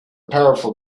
powerful